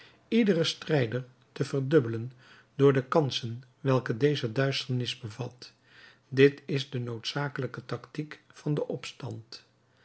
iederen strijder te verdubbelen door de kansen welke deze duisternis bevat dit is de noodzakelijke tactiek van den opstand